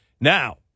now